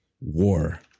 war